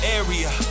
area